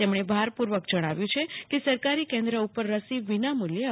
તેમણે ભારપૂર્વક જણાવ્યું કે સરકારી કેન્દ્ર ઉપર રસી વિનામુલ્યે અપાશે